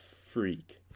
freak